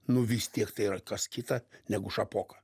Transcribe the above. nu vis tiek tai yra kas kita negu šapoka